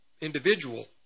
individual